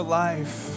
life